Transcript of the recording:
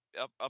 Up